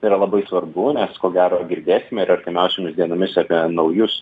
tai yra labai svarbu nes ko gero girdėsime ir artimiausiomis dienomis apie naujus